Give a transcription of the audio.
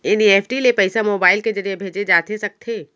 NEFT ले पइसा mobile के ज़रिए भेजे जाथे सकथे?